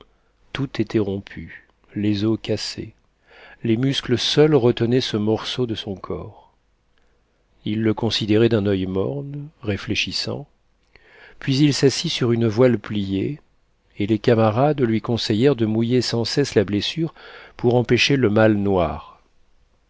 tout était rompu les os cassés les muscles seuls retenaient ce morceau de son corps il le considérait d'un oeil morne réfléchissant puis il s'assit sur une voile pliée et les camarades lui conseillèrent de mouiller sans cesse la blessure pour empêcher le mal noir